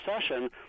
session